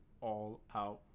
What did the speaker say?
all-out